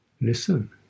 listen